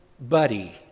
buddy